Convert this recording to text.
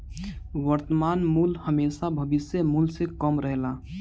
वर्तमान मूल्य हेमशा भविष्य मूल्य से कम रहेला